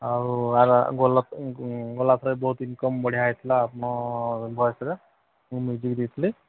ଆଉ ଆର ଗଲାଥର ବହୁତ ଇନକମ୍ ବଢ଼ିଆ ହୋଇଥିଲା ଆପଣ ଭଏସ୍ରେ ମୁଁ ମ୍ୟୁଜିକ୍ ଦେଇଥିଲି